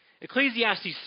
Ecclesiastes